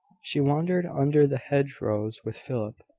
she wandered under the hedgerows with philip,